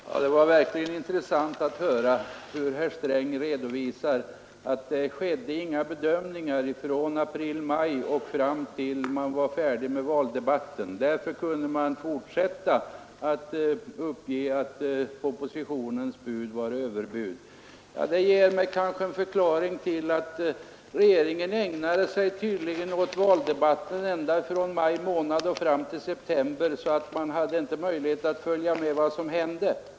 Herr talman! Det var verkligen intressant att höra herr Sträng redovisa att det inte gjordes några bedömningar från april—maj och fram till dess att man var färdig med valdebatten, varför man kunde fortsätta att uppge att oppositionens bud var överbud. Detta kan vara en förklaring till att regeringen tydligen ägnade sig åt valarbetet ända från maj månad och fram till september, så att man inte hade möjlighet att följa med vad som hände.